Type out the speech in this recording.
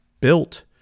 built